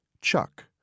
Chuck